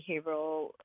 behavioral